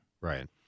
Right